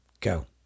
Go